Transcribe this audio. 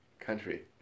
country